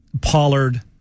Pollard